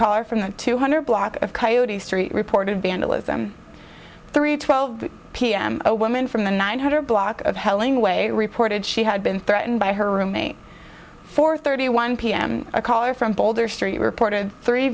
caller from the two hundred block of coyote street reported vandalism three twelve p m a woman from the nine hundred block of helling way reported she had been threatened by her roommate for thirty one p m a caller from boulder street reported three